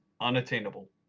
unattainable